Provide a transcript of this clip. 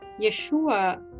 Yeshua